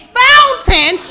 fountain